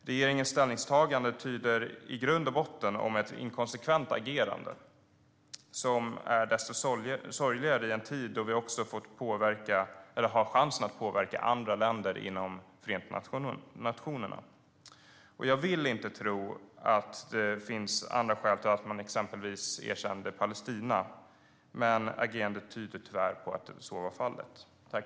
Regeringens ställningstagande tyder i grund och botten på ett inkonsekvent agerande som är desto sorgligare i en tid då vi har chansen att påverka andra länder inom Förenta nationerna. Jag vill inte tro att det finns andra skäl till att man exempelvis erkände Palestina, men agerandet tyder tyvärr på att så var fallet.